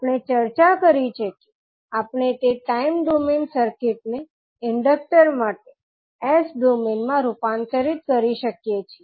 આપણે ચર્ચા કરી છે કે આપણે તે ટાઇમ ડોમેઇન સર્કિટને ઇન્ડક્ટર માટે S ડોમેઇન માં રૂપાંતરિત કરી શકીએ છીએ